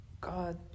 God